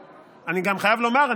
אני גם חייב לומר,